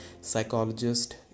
psychologist